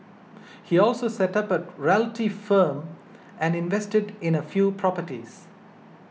he also set up a realty firm and invested in a few properties